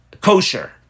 kosher